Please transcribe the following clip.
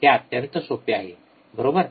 हे अत्यंत सोपे आहे बरोबर